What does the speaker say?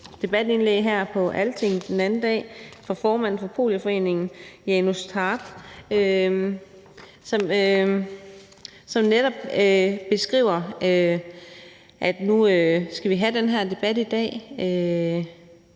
debatindlæg på Altinget den anden dag fra formanden fra PolioForeningen, Janus Tarp, som netop beskriver, at vi nu skal have den her debat i dag,